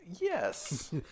yes